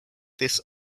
this